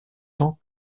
tant